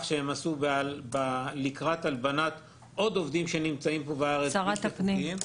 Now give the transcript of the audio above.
שהם עשו לקראת הלבנת עוד עובדים שנמצאים פה בארץ -- שרת הפנים.